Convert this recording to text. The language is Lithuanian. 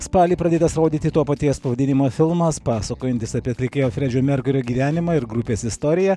spalį pradėtas rodyti to paties pavadinimo filmas pasakojantis apie atlikėjo fredžio merkurio gyvenimą ir grupės istoriją